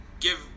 give